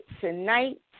tonight